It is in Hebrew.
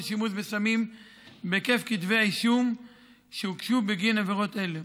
שימוש בסמים בהיקף כתבי האישום שהוגשו בגין עבירות אלה.